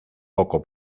poco